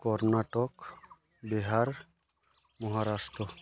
Karnataka Bihar Maharashtra